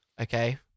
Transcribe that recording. Okay